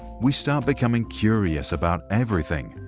we start becoming curious about everything.